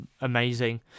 amazing